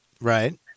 Right